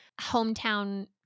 hometown